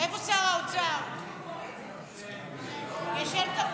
עוברת לסעיף 2,